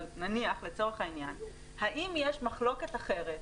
נניח לצורך העניין: האם יש מחלוקת אחרת,